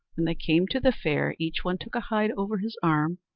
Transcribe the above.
when they came to the fair, each one took a hide over his arm,